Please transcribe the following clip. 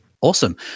Awesome